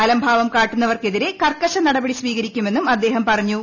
അലംഭാവം കാട്ടുന്നവർക്കെതിരെ കർക്കശ നടപടി സ്വീകരിക്കുമെന്നും അദ്ദേഹം പറഞ്ഞു